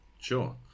sure